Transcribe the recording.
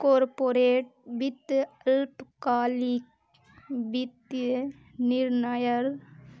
corporate वित्त अल्पकालिक वित्तीय निर्णयर